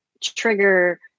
trigger